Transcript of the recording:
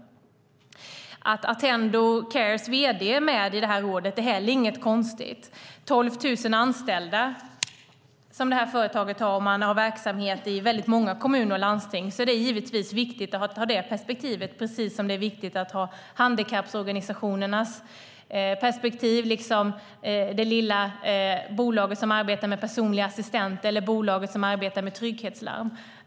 Att Attendo Cares vd är med i det här rådet är inte heller något konstigt. Det här företaget har 12 000 anställda och verksamhet i väldigt många kommuner och landsting. Det är givetvis viktigt att ha det perspektivet, precis som det är viktigt att ha med handikapporganisationerna, det lilla bolaget som arbetar med personliga assistenter eller bolaget som arbetar med trygghetslarm.